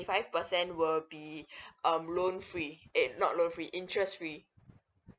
five percent will be um loan free eh not loan free interest free